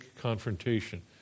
confrontation